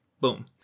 Boom